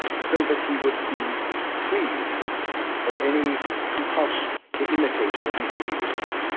so that he would be freed from any compulsion to imitate or reproduce,